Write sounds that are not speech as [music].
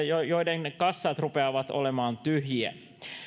[unintelligible] joiden kassat rupeavat olemaan tyhjiä